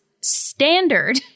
standard